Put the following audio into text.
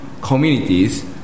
communities